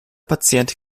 patient